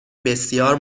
بسیار